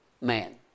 man